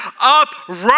upright